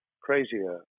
crazier